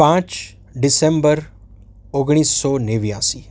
પાંચ ડિસેમ્બર ઓગણીસસો નેવ્યાશી